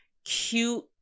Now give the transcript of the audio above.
cute